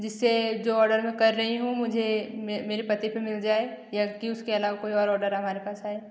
जिससे जो ऑर्डर मैं कर रही हूँ मुझे मेरे पते पर मिल जाए या कि उसके अलावा कोई और ऑर्डर हमारे पास है